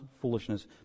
foolishness